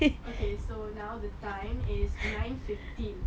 okay so now the time is nine fifteen